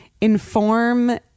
inform